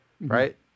right